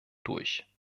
durch